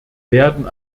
werden